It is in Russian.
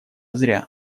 зря